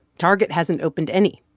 target hasn't opened any,